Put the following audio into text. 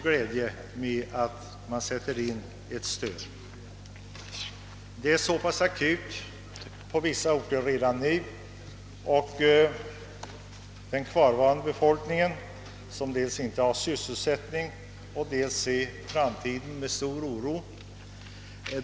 Problemet är redan nu akut på vissa orter, där befolkningen inte har sysselsättning och ser framtiden med stor oro.